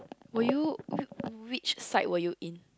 were you which side were you in